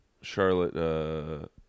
charlotte